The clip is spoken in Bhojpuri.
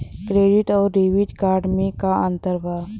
क्रेडिट अउरो डेबिट कार्ड मे का अन्तर बा?